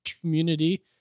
community